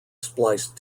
spliced